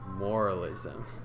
Moralism